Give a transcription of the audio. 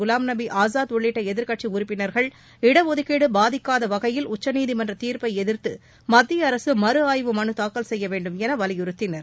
குலாம் நபி ஆஸாத் உள்ளிட்ட எதிர்க்கட்சி உறுப்பினர்கள் இட ஒதுக்கீடு பாதிக்காத வகையில் உச்சநீதிமன்ற தீர்ப்பை எதிர்த்து மத்திய அரசு மறு ஆய்வு மனு தாக்கல் செய்ய வேண்டும் என வலியுறுத்தினர்